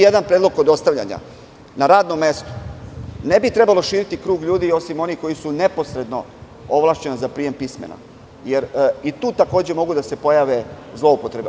Jedan predlog kod dostavljanja, na radnom mestu ne bi trebalo širiti krug ljudi osim onih koji su neposredno ovlašćeni za prijem pismena, jer tu takođe mogu da se pojave zloupotrebe.